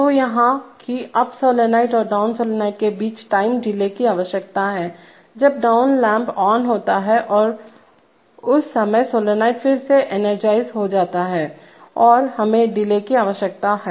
तो यहां है कि अप सोलेनाइड और डाउन सोलेनाइड के बीच टाइम डिले की आवश्यकता हैजब डाउन लैंप ऑन होता है उस समय सोलेनाइड फिर से एनर्जाइज होता है और हमें डिले की आवश्यकता है